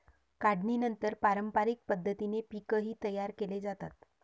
काढणीनंतर पारंपरिक पद्धतीने पीकही तयार केले जाते